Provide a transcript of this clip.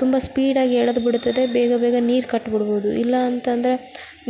ತುಂಬ ಸ್ಪೀಡಾಗಿ ಎಳೆದು ಬಿಡುತ್ತದೆ ಬೇಗ ಬೇಗ ನೀರು ಕಟ್ಟಿ ಬಿಡಬೋದು ಇಲ್ಲ ಅಂತ ಅಂದ್ರೆ